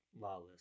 Lawless